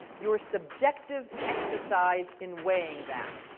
your subjective exercise in weighing that.